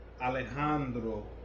Alejandro